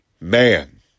man